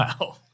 Wow